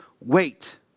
wait